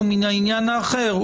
הוא מן העניין האחר,